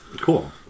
Cool